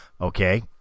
Okay